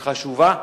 היא חשובה,